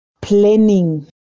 planning